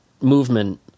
movement